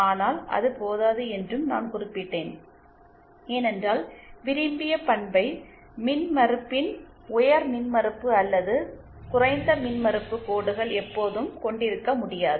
ஆனால் அது போதாது என்றும் நான் குறிப்பிட்டேன் ஏனென்றால் விரும்பிய பண்பை மின்மறுப்பின் உயர் மின்மறுப்பு அல்லது குறைந்த மின்மறுப்பு கோடுகள் எப்போதும் கொண்டிருக்க முடியாது